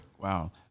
Wow